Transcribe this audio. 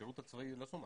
טוב,